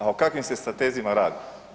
A o kakvim se stratezima radi?